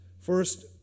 First